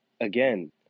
again